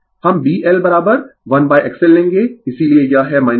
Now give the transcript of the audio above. हम BL 1 XL लेंगें इसीलिए यह है jB L